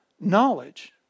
knowledge